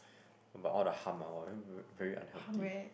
but all the hump ah !wah! very unhealthy